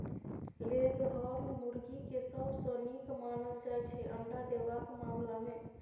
leghorn मुरगी केँ सबसँ नीक मानल जाइ छै अंडा देबाक मामला मे